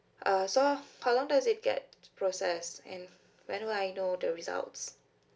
uh so how long does it get to process and when will I know the results